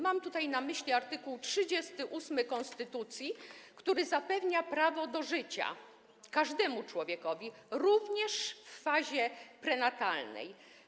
Mam tutaj na myśli art. 38 konstytucji, który zapewnia prawo do życia każdemu człowiekowi, również w fazie prenatalnej.